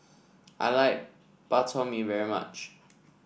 I like Bak Chor Mee very much